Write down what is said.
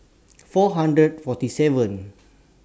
four hundred forty seven